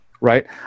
Right